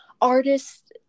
artists